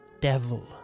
devil